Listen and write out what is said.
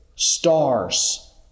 stars